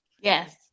Yes